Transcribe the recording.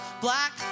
black